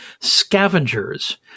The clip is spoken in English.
Scavengers